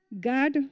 God